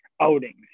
outings